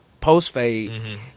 post-fade